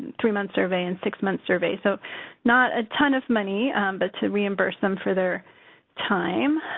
three-month survey and six-months survey, so not a ton of money but to reimburse them for their time.